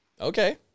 Okay